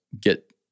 get